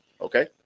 Okay